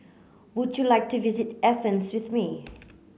would you like to visit Athens with me